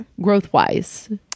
Growth-wise